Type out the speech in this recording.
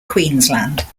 queensland